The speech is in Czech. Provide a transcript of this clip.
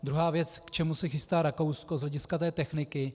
Druhá věc, k čemu se chystá Rakousko z hlediska té techniky.